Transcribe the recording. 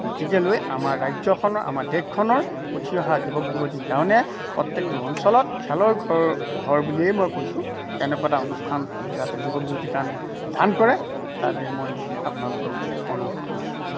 গতিকে লৈ আমাৰ ৰাজ্যখনৰ আমাৰ দেশখনৰ উঠি অহা যুৱক যুৱতীৰ কাৰণে প্ৰত্যেকটো অঞ্চলত খেলৰ ঘৰৰ ঘৰ বুলিয়েই মই কৈছোঁ কেনেকুৱা এটা অনুষ্ঠান যাতে যুৱক যুৱতীৰ কাৰণে দান কৰে তাকে মই আপোনালোকক অনুৰোধ কৰিছোঁ